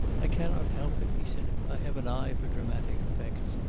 i cannot help it, he said i have an eye for dramatic effects.